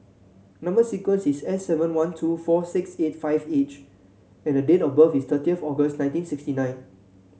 number sequence is S seven one two four six eight five H and the date of birth is thirty of August nineteen sixty nine